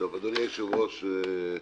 אדוני היושב-ראש,